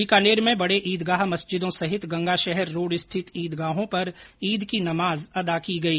बीकानेर में बडे ईदगाह मस्जिदों सहित गंगाशहर रोड स्थित ईदगाहों पर ईद की नमाज अदा की गई